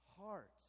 heart